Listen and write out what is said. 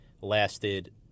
lasted